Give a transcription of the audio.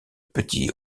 petits